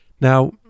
Now